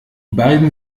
beiden